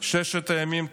"ששת ימים תעבד",